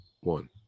One